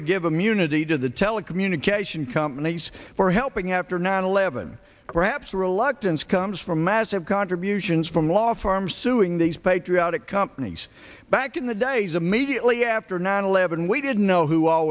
to give immunity to the telecommunication companies for helping after nine eleven perhaps the reluctance comes from massive contributions from law farms suing these patriotic companies back in the days immediately after nine eleven we didn't know who all